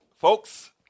Folks